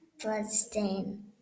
bloodstain